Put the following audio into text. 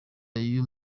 z’uyu